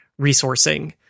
resourcing